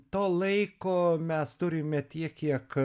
to laiko mes turime tiek kiek